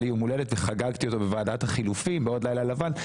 לי יום הולדת וחגגתי אותו בוועדת החילופים בעוד לילה לבן,